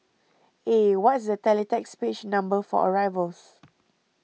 eh what's the teletext page number for arrivals